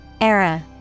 Era